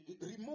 remove